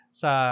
sa